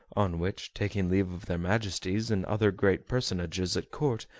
on which, taking leave of their majesties and other great personages at court,